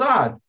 God